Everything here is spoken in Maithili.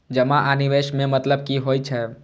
जमा आ निवेश में मतलब कि होई छै?